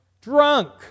drunk